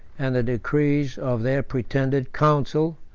and the decrees of their pretended council,